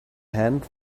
hand